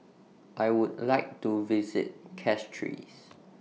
I Would like to visit Castries